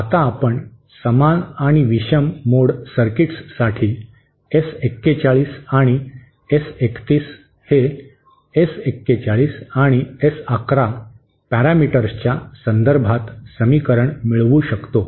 आता आपण समान आणि विषम मोड सर्किट्ससाठी एस 41 आणि एस 31 हे एस 41 आणि एस 11 पॅरामीटर्सच्या संदर्भात समीकरण मिळवू शकतो